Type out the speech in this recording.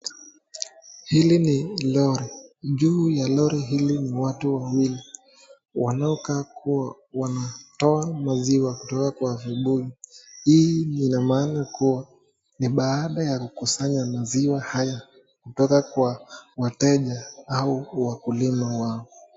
Hili ni lori. Juu ya lori hili ni watu wawili wanaokaa kuwa wanatoa maziwa kutoka kwa vibuyu. Hii ina maana kuwa, ni baada ya kukusanya maziwa haya kutoka kwa wateja au wakulima wao.